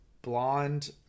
Blonde